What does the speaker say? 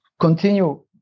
continue